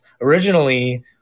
originally